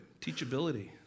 teachability